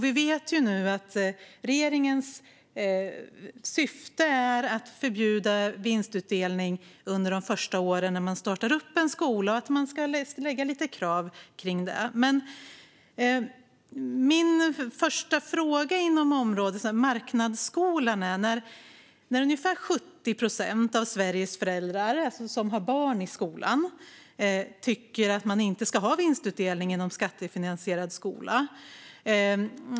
Vi vet nu att regeringens syfte är att förbjuda vinstutdelning under de första åren när man startar upp en skola och att det ska ställas lite krav kring det. Jag har en fråga inom området marknadsskolan. Ungefär 70 procent av Sveriges föräldrar som har barn i skolan tycker att man inte ska ha vinstutdelning inom skattefinansierad skola.